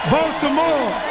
Baltimore